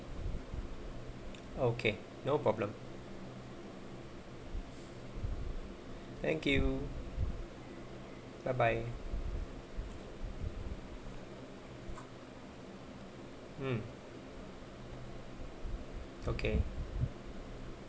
okay no problem thank you bye bye mm okay